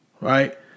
right